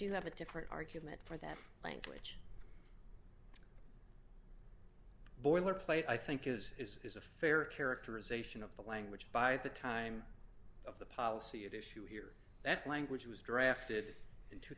do you have a different argument for that language boilerplate i think is is a fair characterization of the language by the time of the policy it issue here that language was drafted in two